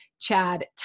Chad